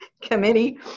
committee